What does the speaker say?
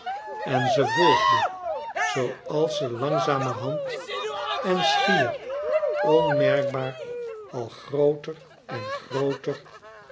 en ze volgde zooals ze langzamerhand en schier onmerkbaar al grooter en grooter